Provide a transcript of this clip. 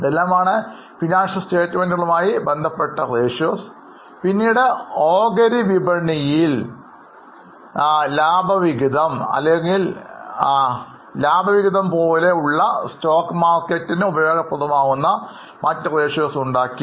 ഇതെല്ലാമാണ് ധനകാര്യ പ്രസ്താവനകളുമായി ബന്ധപ്പെട്ട അനുപാതങ്ങൾ പിന്നീട് ഓഹരിവിപണിയിൽ ലാഭവിഹിതം അല്ലെങ്കിൽ ലാഭവിഹിതം പോലുള്ള സ്റ്റോക്ക് മാർക്കറ്റിന് ഉപയോഗപ്രദം ആകുന്ന മറ്റ് അനുപാതങ്ങൾ ഉണ്ടാക്കി